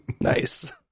Nice